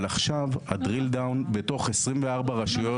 אבל עכשיו דריל דאון בתוך 24 רשויות.